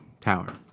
tower